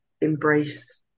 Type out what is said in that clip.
embrace